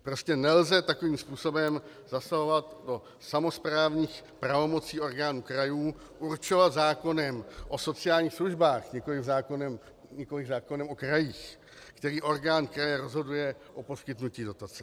Prostě nelze takovým způsobem zasahovat do samosprávních pravomocí orgánů krajů, určovat zákonem o sociálních službách, nikoliv zákonem o krajích, který orgán kraje rozhoduje o poskytnutí dotace.